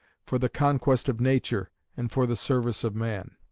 for the conquest of nature and for the service of man